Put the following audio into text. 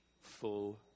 full